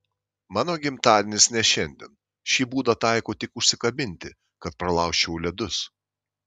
mano gimtadienis ne šiandien šį būdą taikau tik užsikabinti kad pralaužčiau ledus